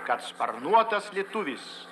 kad sparnuotas lietuvis